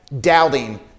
doubting